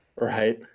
Right